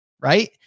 right